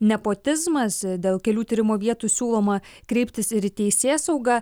nepotizmas dėl kelių tyrimo vietų siūloma kreiptis ir į teisėsaugą